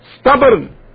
stubborn